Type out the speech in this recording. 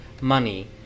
money